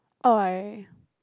oh I